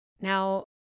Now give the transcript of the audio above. Now